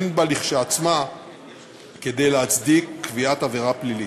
אין בה כשלעצמה כדי להצדיק קביעת עבירה פלילית.